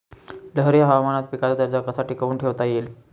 लहरी हवामानात पिकाचा दर्जा कसा टिकवून ठेवता येईल?